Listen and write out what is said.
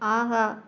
ஆஹா